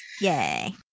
Yay